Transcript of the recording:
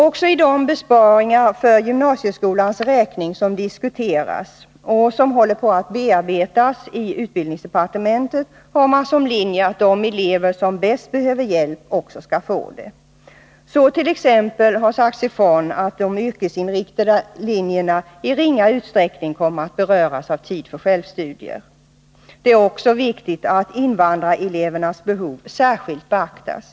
Också när det gäller de besparingar för gymnasieskolans räkning som diskuterats och som håller på att bearbetas i utbildningsdepartementet har man som riktlinje att de elever som bäst behöver hjälpen också skall få den. Det har t.ex. sagts ifrån att de yrkesinriktade linjerna i ringa utsträckning kommer att beröras av tid för självstudier. Likaså är det viktigt att invandrarelevernas behov särskilt beaktas.